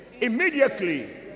immediately